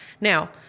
Now